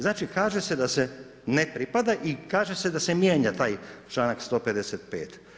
Znači kaže se da se ne pripada i kaže se da se mijenja taj članak 155.